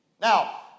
Now